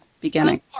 beginning